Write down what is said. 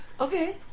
Okay